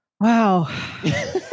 wow